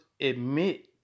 admit